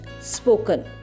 spoken